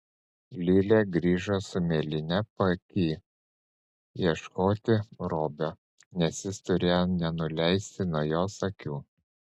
lilė grįžo su mėlyne paaky ieškoti robio nes jis turėjo nenuleisti nuo jos akių